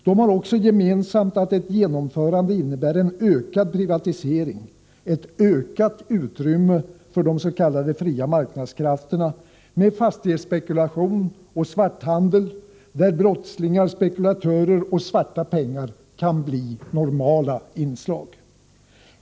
De har också det gemensamt att ett genomförande innebär en ökad privatisering, ett ökat utrymme för de s.k. fria marknadskrafterna, med fastighetsspekulation och svarthandel där brottslingar, spekulatörer och svarta pengar kan bli normala inslag.